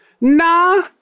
nah